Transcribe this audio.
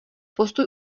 postoj